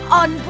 on